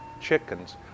chickens